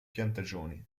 piantagioni